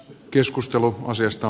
keskustelu asiasta